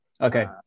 Okay